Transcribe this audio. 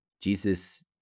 Jesus